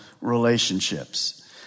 relationships